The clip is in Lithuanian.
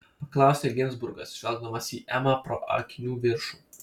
paklausė ginzburgas žvelgdamas į emą pro akinių viršų